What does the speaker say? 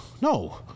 No